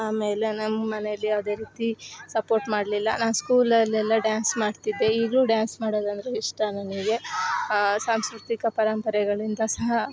ಆಮೇಲೆ ನಮ್ಮ ಮನೇಲಿ ಯಾವುದೇ ರೀತಿ ಸಪೋರ್ಟ್ ಮಾಡಲಿಲ್ಲ ನಾನು ಸ್ಕೂಲ್ ಅಲ್ಲೆಲ್ಲ ಡ್ಯಾನ್ಸ್ ಮಾಡ್ತಿದ್ದೆ ಈಗಲೂ ಡ್ಯಾನ್ಸ್ ಮಾಡೋದಂದರೆ ಇಷ್ಟ ನನಗೆ ಸಾಂಸ್ಕೃತಿಕ ಪರಂಪರೆಗಳಿಂದ ಸಹ